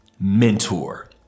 mentor